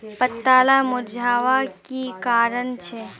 पत्ताला मुरझ्वार की कारण छे?